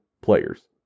players